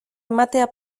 ematea